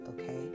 okay